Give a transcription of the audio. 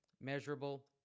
measurable